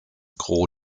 gros